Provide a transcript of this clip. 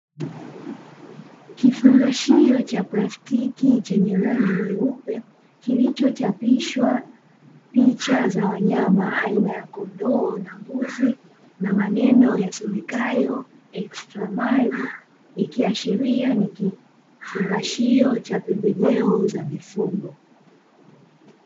Kifungashio cha plastiki chenye rangi nyeupe, kilichochapishwa picha za wanyama aina ya kondoo na mbuzi na maneno yasomekayo "extra mail", ikiashiria ni kifungashio cha pembejeo za mifugo.